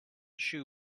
shoes